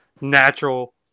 natural